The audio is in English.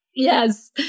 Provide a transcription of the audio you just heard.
Yes